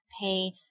pay